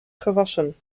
gewassen